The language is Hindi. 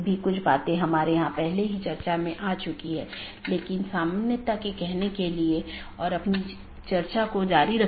वास्तव में हमने इस बात पर थोड़ी चर्चा की कि विभिन्न प्रकार के BGP प्रारूप क्या हैं और यह अपडेट क्या है